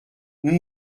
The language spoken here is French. nous